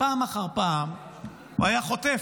פעם אחר פעם הוא היה חוטף,